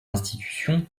institution